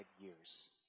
years